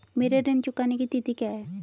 मेरे ऋण चुकाने की तिथि क्या है?